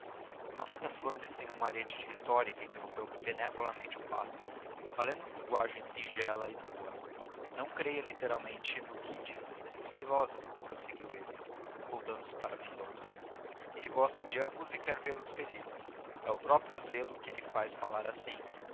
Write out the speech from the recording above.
há muita flor nesse ramalhete de retórica interrompeu benevolamente o padre falemos linguagem singela e nua não literalmente o que lhe diz este filósofo prosseguiu ele voltando-se para mendonça ele gosta de ambos e quer vê-los felizes próprio zelo que lhe faz falar assim